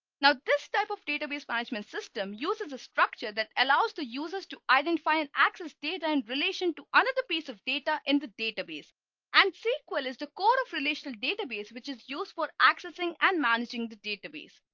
now this type of database management system uses a structure that allows the users to identify an access data in and relation to another piece of data in the database and sql is the core of relational database, which is used for accessing and managing the database.